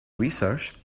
research